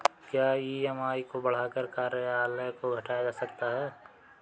क्या ई.एम.आई को बढ़ाकर कार्यकाल को घटाया जा सकता है?